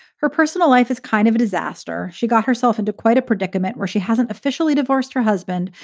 her personal life is kind of a disaster. she got herself into quite a predicament where she hasn't officially divorced her husband,